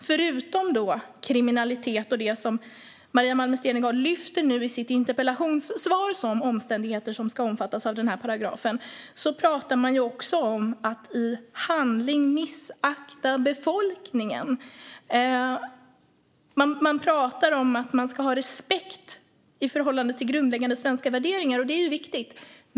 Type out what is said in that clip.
Förutom kriminalitet och det som Maria Malmer Stenergard nu lyfter fram i sitt interpellationssvar som omständigheter som ska omfattas av denna paragraf talas det också om att i handling missakta befolkningen. Det talas om att man ska ha respekt för grundläggande svenska värderingar, och det är viktigt.